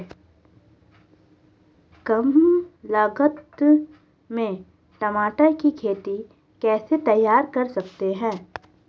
कम लागत में टमाटर की खेती कैसे तैयार कर सकते हैं?